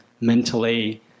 mentally